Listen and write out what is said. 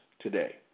today